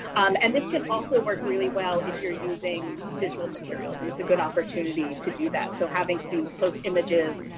um and this can also work really well if you're using visual materials. and it's a good opportunity to do that. so having students post images,